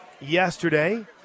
yesterday